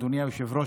אדוני היושב-ראש,